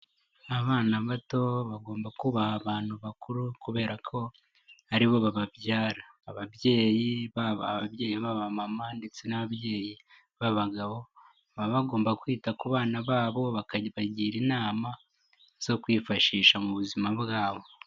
Abana bato bagomba kubaha abantu bakuru kubera ko ari bo bababyara, ababyeyi baba ababyeyi b'abamama ndetse n'ababyeyi b'abagabo baba bagomba kwita ku bana babo bakabagira inama zo kwifashisha mu buzima bwabo.